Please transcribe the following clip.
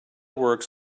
works